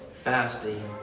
fasting